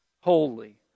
holy